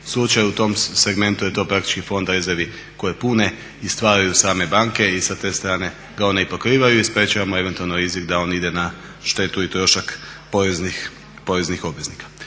slučaj u tom segmentu je to praktički fond rezervi koje pune i stvaraju same banke i sa te strane ga one i pokrivaju i sprečavamo eventualno rizik da on ide na štetu i trošak poreznih obveznika.